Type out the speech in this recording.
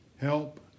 Help